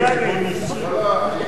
אני אגיד לך,